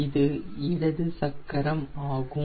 இது இடது சக்கரமாகும்